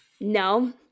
No